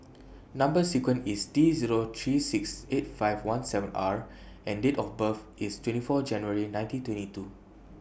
Number sequence IS T Zero three six eight five one seven R and Date of birth IS twenty four January nineteen twenty two